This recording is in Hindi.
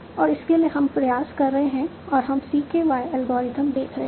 और इसके लिए हम प्रयास कर रहे हैं और हम CKY एल्गोरिथम देख रहे हैं